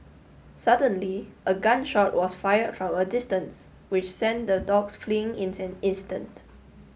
suddenly a gun shot was fire from a distance which sent the dogs fleeing in an instant